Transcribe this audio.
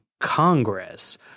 Congress